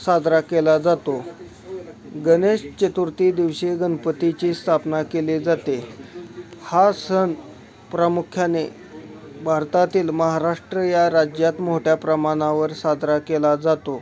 साजरा केला जातो गणेश चतुर्थीदिवशी गणपतीची स्थापना केली जाते आहे हा सण प्रामुख्याने भारतातील महाराष्ट्र या राज्यात मोठ्या प्रमाणावर साजरा केला जातो